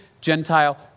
Gentile